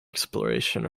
exploration